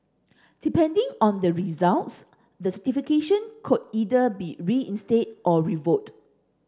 depending on the results this defecation could either be reinstated or revoked